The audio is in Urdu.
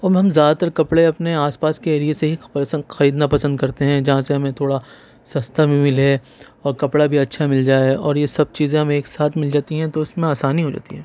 اب ہم زیادہ تر کپڑے اپنے آس پاس کے ایریے سے ہی پسند خریدنا پسند کرتے ہیں جہاں سے ہمیں تھوڑا سستا بھی مِلے اور کپڑا بھی اچھا مِل جائے اور یہ سب چیزیں ہمیں ایک ساتھ مِل جاتی ہیں تو اُس میں آسانی ہو جاتی ہے